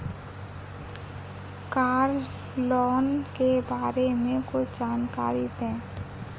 Car loan के बारे में कुछ जानकारी दें?